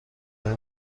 های